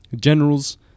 generals